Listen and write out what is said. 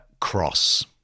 Cross